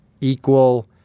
equal